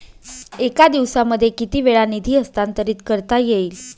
एका दिवसामध्ये किती वेळा निधी हस्तांतरीत करता येईल?